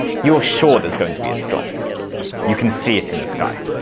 you're sure there's going to be a storm you can see it in the sky.